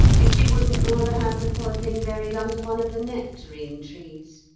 if she wouldn't rather have the poor thing buried under one of the nectarine-trees.